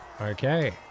Okay